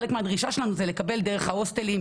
חלק מהדרישה שלנו היא לקבל דרך ההוסטלים,